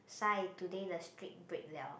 sigh today the streak break liao